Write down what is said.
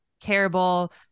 terrible